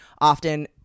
often